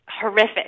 horrific